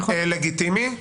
לגיטימי.